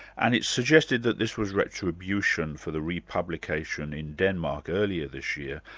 and it's suggested that this was retribution for the republication in denmark earlier this year,